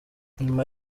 nyuma